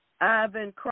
Ivan